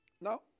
Now